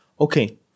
okay